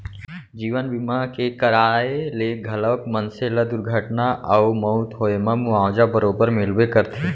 जीवन बीमा के कराय ले घलौक मनसे ल दुरघटना अउ मउत होए म मुवाजा बरोबर मिलबे करथे